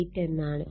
98 എന്നാണ്